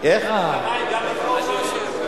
גם מים וחשמל.